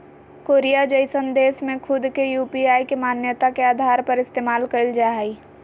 Korea जइसन देश में खुद के यू.पी.आई के मान्यता के आधार पर इस्तेमाल कईल जा हइ